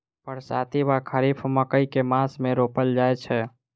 बरसाती वा खरीफ मकई केँ मास मे रोपल जाय छैय?